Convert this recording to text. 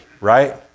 right